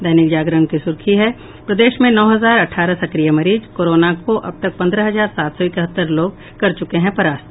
दैनिक जागरण की सुर्खी है प्रदेश में नौ हजार अठारह सक्रिय मरीज कोरोना को अब तक प्रदंह हजार सात सौ इकहत्तर लोग कर चुके हैं परास्त